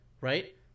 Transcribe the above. Right